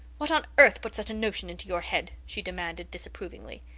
what on earth put such a notion into your head? she demanded disapprovingly.